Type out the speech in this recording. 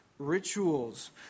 Rituals